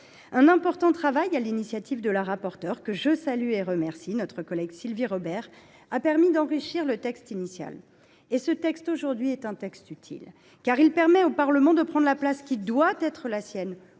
Un important travail mené sur l’initiative de la rapporteure, que je salue et remercie, notre collègue Sylvie Robert, a permis d’enrichir le texte initial. Cette proposition de loi est un texte utile, car il permet au Parlement de prendre la place qui doit être la sienne,